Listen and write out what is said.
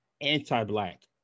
anti-Black